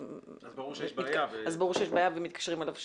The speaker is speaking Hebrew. אז ברור שיש בעיה ומתקשרים אליו שוב.